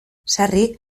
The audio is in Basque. sarri